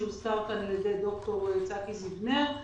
שהוזכר כאן על ידי ד"ר צחי זיו-נר,